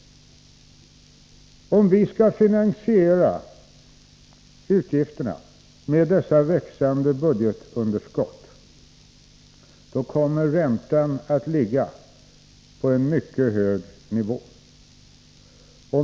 Om vi skall finansiera utgifterna med dessa växande budgetunderskott, då kommer räntan att ligga på en mycket hög nivå.